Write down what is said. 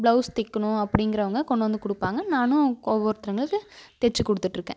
blouse தைக்கணும் அப்படிங்கிறவங்க கொண்டு வந்து கொடுப்பாங்க நானும் ஒவ்வொருத்தவங்களுக்கு தைச்சி கொடுத்துட்ருக்கேன்